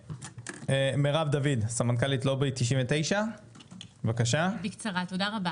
מרב דוד, סמנכ"לית לובי 99. תודה רבה.